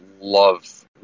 love